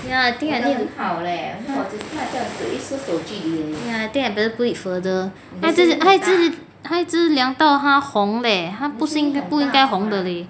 ya I think I think ya I think I better put it further 他一直他一直是他一直量到他红 leh 他不是他不应该红的 leh